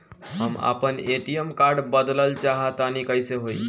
हम आपन ATM card बदलल चाह तनि कइसे होई?